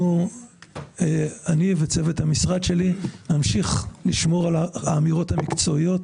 אני וצוות המשרד שלי נמשיך לשמור על האמירות המקצועיות.